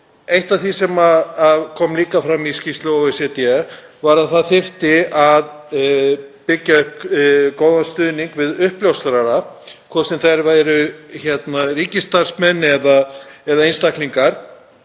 Eitt af því sem kom líka fram í skýrslu OECD var að það þyrfti að byggja upp góðan stuðning við uppljóstrara, hvort sem þeir væru ríkisstarfsmenn eða einstaklingar